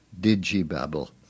digibabble